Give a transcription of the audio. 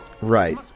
Right